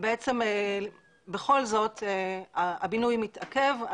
בכל זאת הבינוי מתעכב.